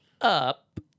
up